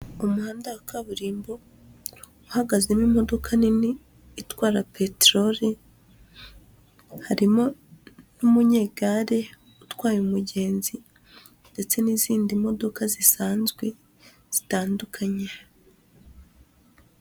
Umuhanda wa kaburimbo, uhagazemo imodoka nini, itwara peterori, harimo n'umunyegare utwaye umugenzi ndetse n'izindi modoka zisanzwe, zitandukanye.